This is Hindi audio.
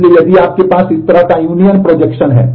इसलिए अन्य नियम प्रोजेक्शन हैं